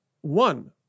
one